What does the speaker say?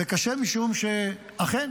וקשה משום שאכן